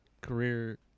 career